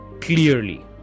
clearly